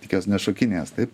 tik jos nešokinės taip